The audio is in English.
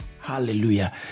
Hallelujah